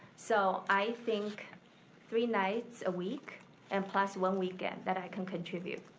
so i think three nights a week and plus one weekend that i can contribute.